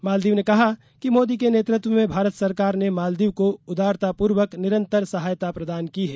मालदीव ने कहा कि मोदी के नेतृत्व में भारत सरकार ने मालदीव को उदारता पूर्वक निरंतर सहायता प्रदान की है